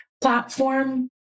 platform